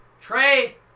Trey